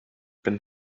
been